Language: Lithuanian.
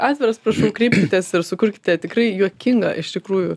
atviras prašau kreipkitės ir sukurkite tikrai juokingą iš tikrųjų